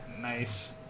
nice